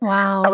Wow